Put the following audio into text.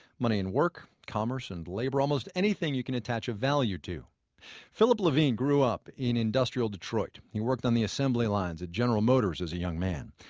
money and work, commerce and labor, almost anything you can attach a value to philip levine grew up in industrial detroit. he worked on the assembly lines at general motors as a young man.